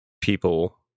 people